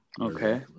Okay